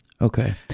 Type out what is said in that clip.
Okay